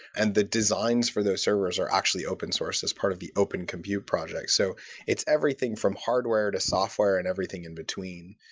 and the designs for those servers are actually open-sources. it's part of the open compute project. so it's everything from hardware to software and everything in between.